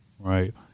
Right